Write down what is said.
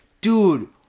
Dude